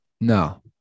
No